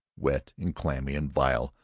wet and clammy and vile,